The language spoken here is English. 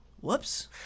whoops